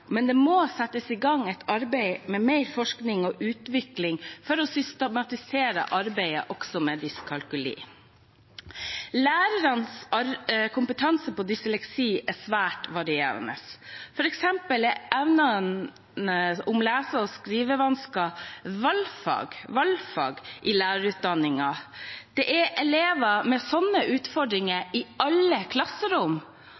men det må settes i gang et arbeid med mer forskning og utvikling for å systematisere arbeidet også med dyskalkuli. Læreres kompetanse på dysleksi er svært varierende. For eksempel er emnene om lese- og skrivevansker valgfag i lærerutdanningen. Det er elever med